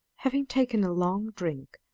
having taken a long drink,